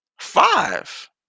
Five